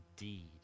indeed